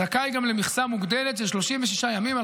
זכאי גם למכסה מוגדלת של 36 ימים על